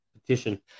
petition